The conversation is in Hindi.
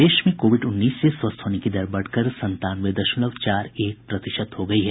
प्रदेश में कोविड उन्नीस से स्वस्थ होने की दर बढ़कर संतानवे दशमलव चार एक प्रतिशत हो गयी है